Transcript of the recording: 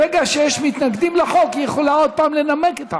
ברגע שיש מתנגדים לחוק היא יכולה שוב לנמק את החוק.